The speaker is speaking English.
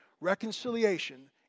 Reconciliation